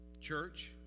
church